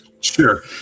Sure